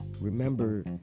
Remember